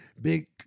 big